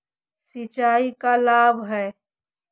सिंचाई का लाभ है?